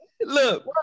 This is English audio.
Look